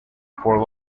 for